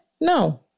No